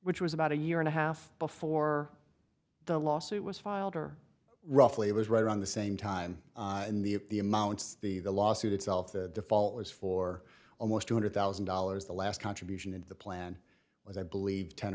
which was about a year and a half before the lawsuit was filed or roughly it was right around the same time in the the amounts the the lawsuit itself the default was for almost two hundred thousand dollars the last contribution in the plan was i believe ten